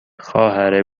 خواهر